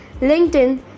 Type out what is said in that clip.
LinkedIn